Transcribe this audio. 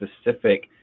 specific